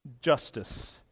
justice